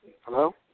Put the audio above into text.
Hello